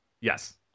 Yes